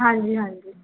ਹਾਂਜੀ ਹਾਂਜੀ